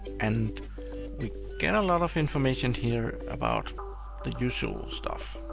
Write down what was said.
and we get a lot of information here about the usual stuff,